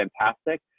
fantastic